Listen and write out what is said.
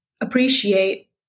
appreciate